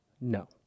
No